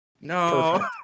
No